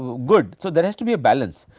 good so there has to be a balance.